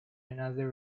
another